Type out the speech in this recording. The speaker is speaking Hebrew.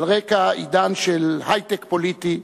על רקע עידן של היי-טק פוליטי,